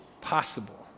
possible